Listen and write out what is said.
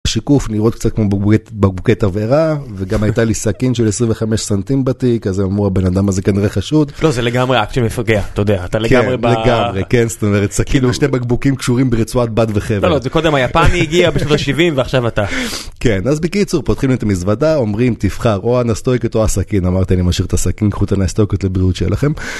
שיקוף, נראות קצת כמו בקבוקי תבערה, וגם הייתה לי סכין של 25 סנטימ' בתיק, אז אמרו הבן אדם הזה כנראה חשוד.. לא זה לגמרי אקט שמפגע, אתה יודע, אתה לגמרי ב.. כן, זאת אומרת, סכין ושתי בקבוקים קשורים ברצועת בד וחבל. לא לא, זה קודם היפני הגיע בשנות ה-70 ועכשיו אתה. כן, אז בקיצור פותחים את המזוודה, אומרים תבחר, או הנסטויקט או הסכין.אמרתי אני משאיר את הסכין, קחו את הנסטויקט, לבריאות שיהיה לכם.